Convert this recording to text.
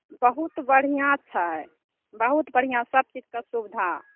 बहुत बढ़िऑं छै बहुत बढ़िऑं सब चीजके सुबिधा